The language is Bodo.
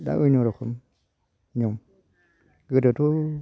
दा अय्न' रोखोम नियम गोदोथ'